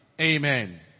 Amen